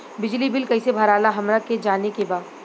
बिजली बिल कईसे भराला हमरा के जाने के बा?